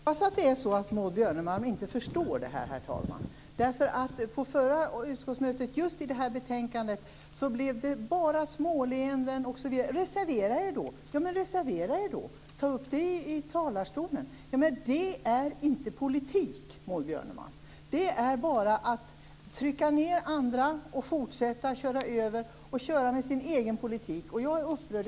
Herr talman! Jag hoppas att det är så att Maud Björnemalm inte förstår. På förra utskottsmötet om just det här betänkandet blev det bara småleenden, och man sade: Men reservera er då! Ta upp frågan i talarstolen! Det är inte politik, Maud Björnemalm. Det är att trycka ned andra, fortsätta att köra över och driva sin egen politik. Jag är upprörd.